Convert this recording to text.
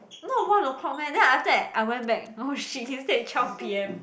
not one o-clock meh then after that I went back oh shit he said twelve P_M